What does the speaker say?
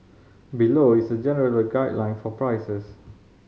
below is a general guideline for prices